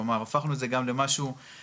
כלומר הפכנו את זה גם למשהו משפחתי.